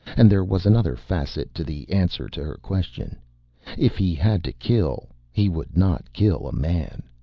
and there was another facet to the answer to her question if he had to kill, he would not kill a man.